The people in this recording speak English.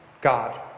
God